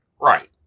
Right